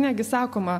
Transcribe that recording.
netgi sakoma